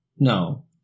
No